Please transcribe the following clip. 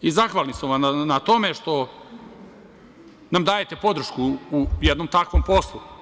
i zahvalni su vam na tome što nam dajete podršku u jednom takvom poslu.